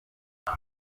ati